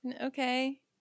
Okay